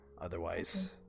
otherwise